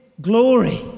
glory